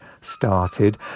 started